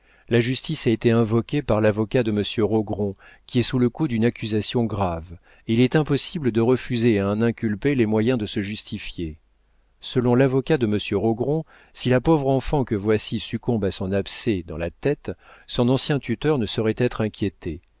la justice a été invoquée par l'avocat de monsieur rogron qui est sous le coup d'une accusation grave et il est impossible de refuser à un inculpé les moyens de se justifier selon l'avocat de monsieur rogron si la pauvre enfant que voici succombe à son abcès dans la tête son ancien tuteur ne saurait être inquiété